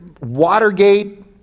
Watergate